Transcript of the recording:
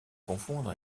confondre